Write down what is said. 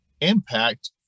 impact